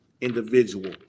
individual